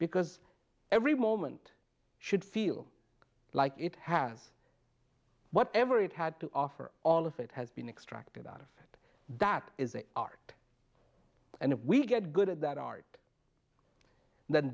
because every moment should feel like it has whatever it had to offer all of it has been extracted out of it that is an art and if we get good at that art then